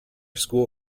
school